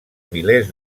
milers